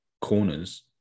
corners